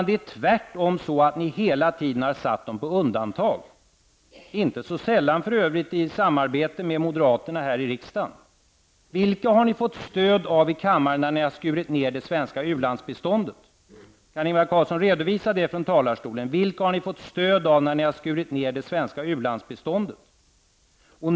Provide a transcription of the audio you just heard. Det är tvärtom så att ni hela tiden har satt dem på undantag -- inte så sällan för övrigt i samarbete med moderaterna här i riksdagen. Vilka har ni fått stöd av i kammaren när ni har skurit ned det svenska ulandsbiståndet? Kan Ingvar Carlsson redovisa det från talarstolen.